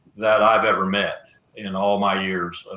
that i've ever met in all my years,